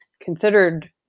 considered